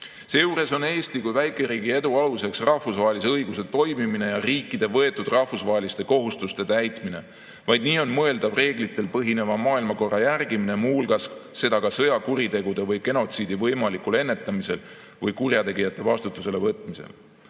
Seejuures on Eesti kui väikeriigi edu aluseks rahvusvahelise õiguse toimimine ja riikide võetud rahvusvaheliste kohustuste täitmine. Vaid nii on mõeldav reeglitel põhineva maailmakorra järgimine, muu hulgas sõjakuritegude ja genotsiidi võimalikul ennetamisel või kurjategijate vastutusele võtmisel.